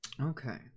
Okay